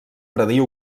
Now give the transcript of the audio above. predir